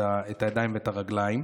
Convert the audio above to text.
את הידיים ואת הרגליים,